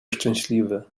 szczęśliwy